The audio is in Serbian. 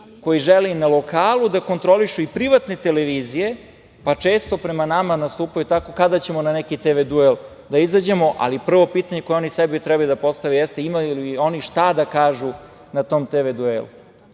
koji žele i na lokalu da kontrolišu i privatne televizije, pa često prema nama nastupaju - kada ćemo na neki tv duel da izađemo? Ali, prvo pitanje koje oni sebi treba da postave jeste imaju li oni šta da kažu na tom tv